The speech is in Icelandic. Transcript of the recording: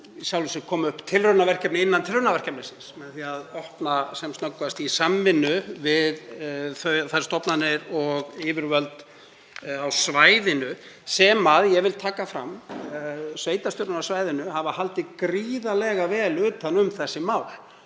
sjálfu sér koma upp tilraunaverkefni innan tilraunaverkefnisins með því að opna sem snöggvast, í samvinnu við stofnanir og yfirvöld á svæðinu — ég vil taka fram að sveitarstjórnir á svæðinu hafa haldið gríðarlega vel utan um þessi mál.